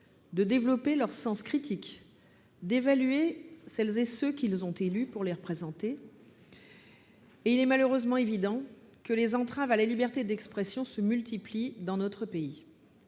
de développer leur sens critique, d'évaluer celles et ceux qu'ils ont élus pour les représenter. Or il est malheureusement évident que les entraves à la liberté d'expression se multiplient dans notre pays